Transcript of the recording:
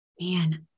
Man